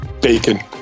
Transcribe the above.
Bacon